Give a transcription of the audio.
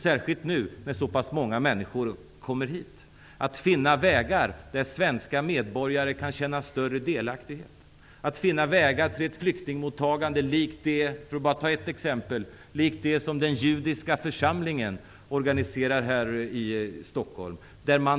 Särskilt nu när så pass många människor kommer hit måste vi finna vägar där svenska medborgare kan känna större delaktighet. Vi måste finna vägar till ett flyktingmottagande likt det som den judiska församlingen organiserar här i Stockholm, för att bara ta ett exempel.